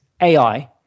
AI